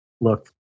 look